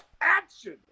action